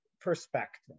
perspective